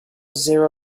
zéro